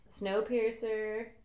Snowpiercer